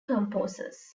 composers